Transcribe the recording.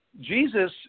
Jesus